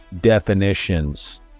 definitions